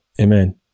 Amen